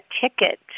ticket